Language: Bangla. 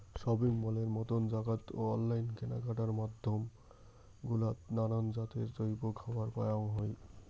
শপিং মলের মতন জাগাত ও অনলাইন কেনাকাটার মাধ্যম গুলাত নানান জাতের জৈব খাবার পাওয়াং যাই